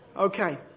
Okay